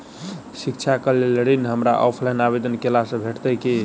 शिक्षा केँ लेल ऋण, हमरा ऑफलाइन आवेदन कैला सँ भेटतय की?